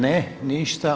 Ne, ništa.